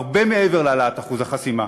הרבה מעבר להעלאת אחוז החסימה,